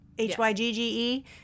H-Y-G-G-E